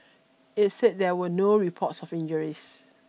it said there were no reports of injuries